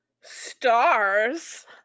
stars